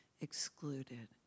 excluded